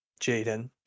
Jaden